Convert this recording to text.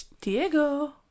Diego